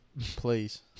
please